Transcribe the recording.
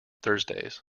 thursdays